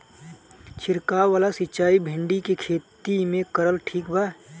छीरकाव वाला सिचाई भिंडी के खेती मे करल ठीक बा?